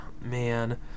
man